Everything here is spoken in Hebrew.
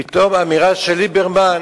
פתאום, אמירה של ליברמן